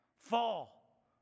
fall